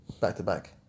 back-to-back